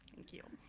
thank you.